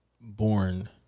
born